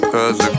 Cause